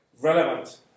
relevant